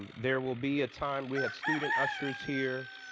there will be a time we have student ushers here.